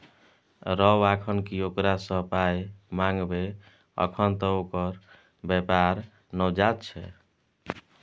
रौ अखन की ओकरा सँ पाय मंगबै अखन त ओकर बेपार नवजात छै